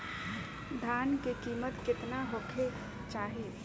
धान के किमत केतना होखे चाही?